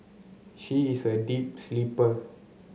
she is a deep sleeper